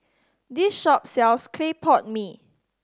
this shop sells clay pot mee